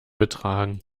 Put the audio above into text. betragen